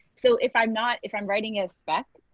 so if i'm not if i'm writing a spec